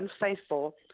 unfaithful